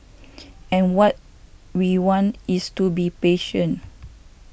and what we want is to be patient